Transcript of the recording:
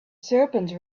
serpent